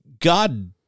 God